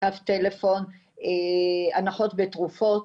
קו טלפון, הנחות בתרופות.